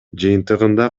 жыйынтыгында